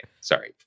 sorry